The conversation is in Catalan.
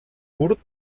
curt